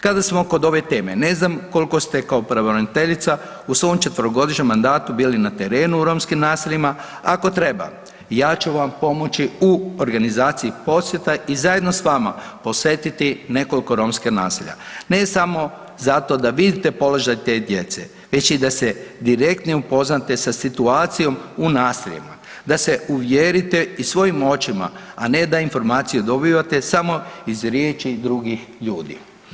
Kada smo kod ove teme ne znam koliko ste kao pravobraniteljica u svom četverogodišnjem mandatu bili na terenu u romskim naseljima, ako treba ja ću vam pomoći u organizaciji posjeta i zajedno s vama posjetiti nekoliko romskih naselja, ne samo zato da vidite položaj te djece već i da se direktnije upoznate sa situacijom u naseljima, da se uvjerite i svojim očima, a ne da informacije dobivate samo iz riječi drugih ljudi.